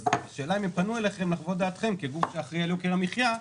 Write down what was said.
האם פנו אליכם כדי שתחוו את דעתכם כגוף שאחראי על יוקר המחייה?